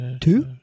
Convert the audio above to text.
two